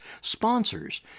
sponsors